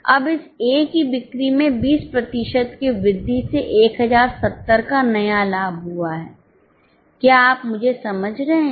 अब इस ए की बिक्री में 20 प्रतिशत की वृद्धि से 1070 का नया लाभ हुआ है क्या आप मुझे समझ रहे हैं